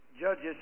Judges